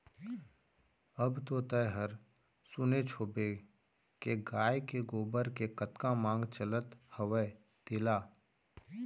अब तो तैंहर सुनेच होबे के गाय के गोबर के कतका मांग चलत हवय तेला